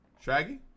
Shaggy